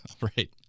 Right